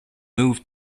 moved